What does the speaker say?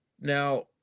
Now